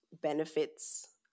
benefits